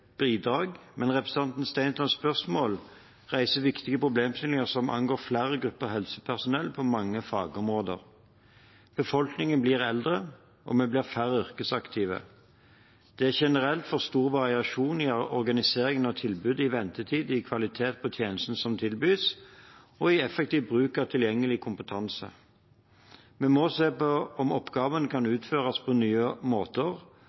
men representanten Stenslands spørsmål reiser viktige problemstillinger som angår flere grupper helsepersonell på mange fagområder. Befolkningen blir eldre, og vi blir færre yrkesaktive. Det er generelt for stor variasjon i organiseringen av tilbudet, i ventetid, i kvaliteten på tjenestene som tilbys, og i effektiv bruk av tilgjengelig kompetanse. Vi må se på om oppgavene kan utføres på nye måter,